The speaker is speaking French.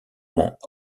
monts